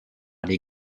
les